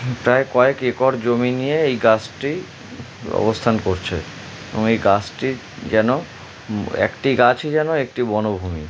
প্রায় কয়েক এর জমি নিয়ে এই গাছটি অবস্থান করছে এবং এই গাছটি যেন একটি গাছই যেন একটি বনভূমি